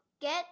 Get